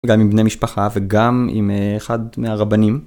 גם עם בני משפחה וגם עם אחד מהרבנים.